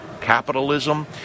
capitalism